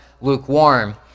lukewarm